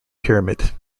pyramid